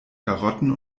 karotten